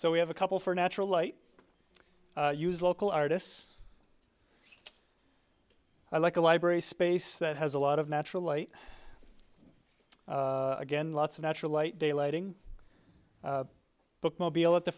so we have a couple for natural light use local artists i like a library space that has a lot of natural light again lots of natural light day lighting bookmobile at the